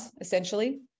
essentially